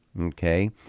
Okay